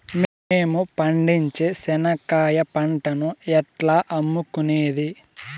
మేము పండించే చెనక్కాయ పంటను ఎట్లా అమ్ముకునేది?